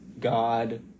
God